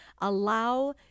Allow